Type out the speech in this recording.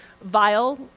vile